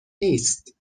نیست